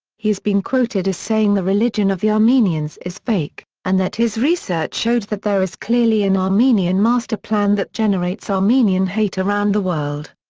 he has been quoted as saying the religion of the armenians is fake and that his research shows that there is clearly an armenian master plan that generates armenian hate around the world.